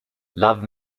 love